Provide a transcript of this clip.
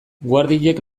guardiek